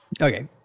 Okay